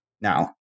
Now